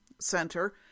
center